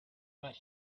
but